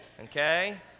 Okay